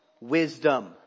wisdom